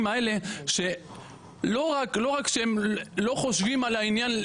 האלה שלא רק שהם לא חושבים על העניין,